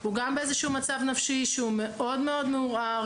הוא בדרך כלל במצב נפשי שהוא מאוד מאוד מעורער.